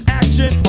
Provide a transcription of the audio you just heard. action